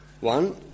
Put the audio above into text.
one